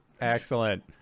Excellent